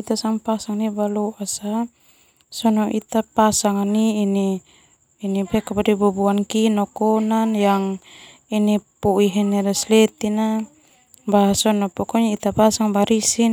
Ita pasang neuk baloas sa ita pasang neu baboan ki no kona ita pasang barisi